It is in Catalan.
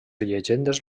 llegendes